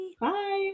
Bye